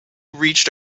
reached